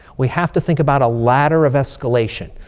we have to think about a ladder of escalation.